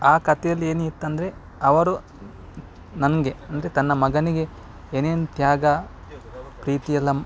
ಆ ಕಥೆಯಲ್ಲಿ ಏನಿತ್ತಂದರೆ ಅವರು ನನಗೆ ಅಂದರೆ ತನ್ನ ಮಗನಿಗೆ ಏನೇನು ತ್ಯಾಗ ಪ್ರೀತಿ ಎಲ್ಲ